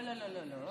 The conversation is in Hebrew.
התשפ"א 2021,